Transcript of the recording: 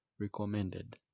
recommended